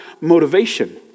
motivation